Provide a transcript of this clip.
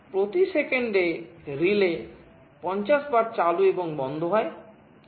প্রতি সেকেন্ডে রিলে 50 বার চালু এবং বন্ধ হয়